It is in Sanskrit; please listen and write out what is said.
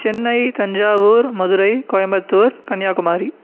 चेन्नै तञ्जावूर् मदुरै कोयम्बत्तूर् कन्याकुमारी